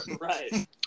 Right